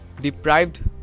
deprived